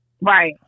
Right